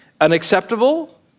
unacceptable